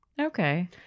Okay